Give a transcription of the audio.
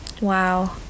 Wow